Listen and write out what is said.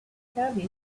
service